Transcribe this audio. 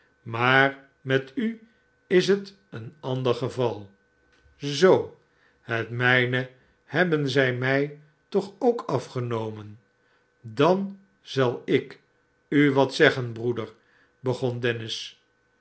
maar met u is het een ander geval zoo het mijne hebben zij mij toch ook afgenomen dan zal ik u wat zeggen broeder begon dennis